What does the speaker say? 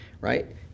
right